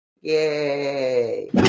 Yay